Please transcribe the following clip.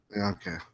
Okay